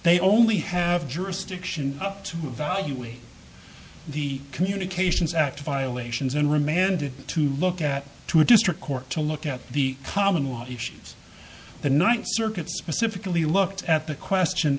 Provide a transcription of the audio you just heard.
they only have jurisdiction up to valuate the communications act violations and remanded to look at to a district court to look at the common law issues the ninth circuit specifically looked at the question